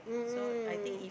mm mm mm